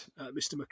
Mr